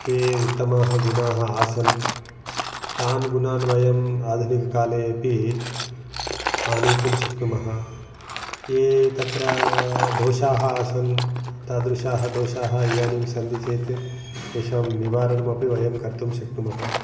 के उत्तमाः गुणाः आसन् तान् गुणान् वयम् आधुनिककाले अपि आनेतुं शक्नुमः ये तत्र दोषाः आसन् तादृशाः दोषाः इदानीं सन्ति चेत् तेषां निवारणमपि वयं कर्तुं शक्नुमः